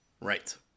Right